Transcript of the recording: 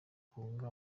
kunga